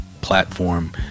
platform